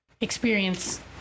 experience